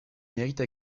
mérite